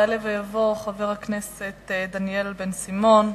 יעלה ויבוא חבר הכנסת דניאל בן-סימון.